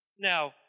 Now